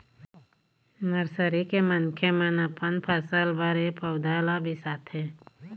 nursery के मनखे मन अपन फसल बर ए पउधा मन ल बिसाथे